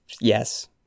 Yes